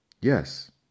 Yes